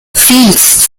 fields